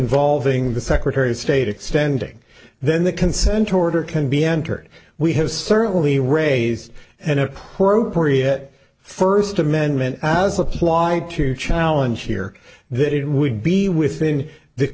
involving the secretary of state extending then the consent order can be entered we have certainly raised an appropriate first amendment as applied to challenge here that it would be within the